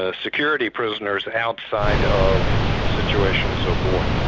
ah security prisoners outside of situations of war.